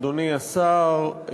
אדוני השר,